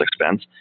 expense